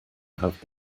have